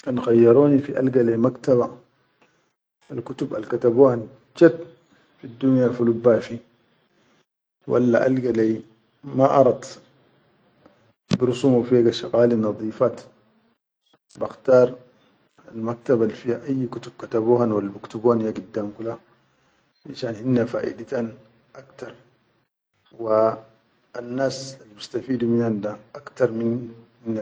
Kan khayyaroni fi alga leyi maktaba, al kutub al katabo han chat fiddunya fulub fi walla alga leyi maʼarat bursumu fiya shaqali nadifat bakhtar al maktaba fiya ayyi kutub katabohan wa biktubuhan ya giddam kula finshan hinne faʼidikan aktar wa anas al bistafidu minan da aktar min.